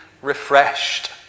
refreshed